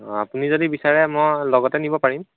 অঁ আপুনি যদি বিচাৰে মই লগতে নিব পাৰিম